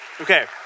okay